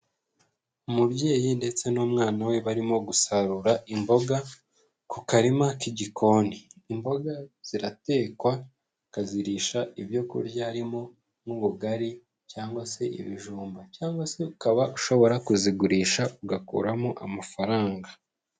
Umubyeyi ndetse n'umwana we barimo gusarura imboga ku karima k'igikoni, imboga ziratekwa ukazirisha ibyo kurya arimo nk'ubugari cyangwa se ibijumba cyangwa se ukaba ushobora kuzigurisha ugakuramo amafaranga.